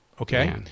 okay